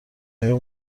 آیا